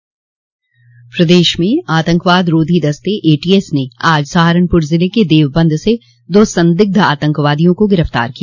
प्रदेश में आतंकवाद रोधी दस्ते एटीएस ने आज सहारनपुर जिले के देवबंद से दो संदिग्ध आतंकवादियों को गिरफ्तार किया